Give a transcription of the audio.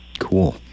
cool